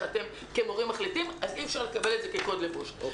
שאתם כמורים מחליטים עליו אז אי אפשר לקבל את זה כקוד לבוש.